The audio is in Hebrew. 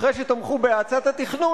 אחרי שתמכו בהאצת התכנון,